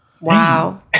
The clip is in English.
Wow